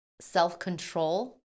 self-control